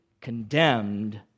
condemned